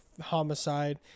homicide